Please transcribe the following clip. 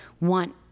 want